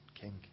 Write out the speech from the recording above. king